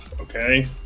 okay